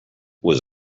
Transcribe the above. was